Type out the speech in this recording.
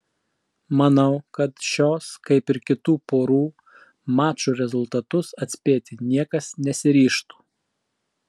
manau kad šios kaip ir kitų porų mačų rezultatus atspėti niekas nesiryžtų